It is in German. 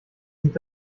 sieht